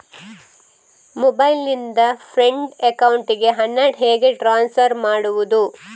Mobile ನಿಂದ friend ಅಕೌಂಟಿಗೆ ಹಣ ಹೇಗೆ ಟ್ರಾನ್ಸ್ಫರ್ ಮಾಡುವುದು?